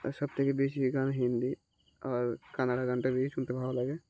আর সবথেকে বেশি গান হিন্দি আর কানাড়া গানটা বই শুনতে ভালো লাগে